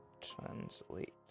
Translate